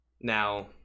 now